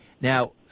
Now